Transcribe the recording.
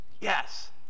Yes